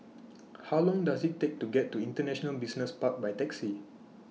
How Long Does IT Take to get to International Business Park By Taxi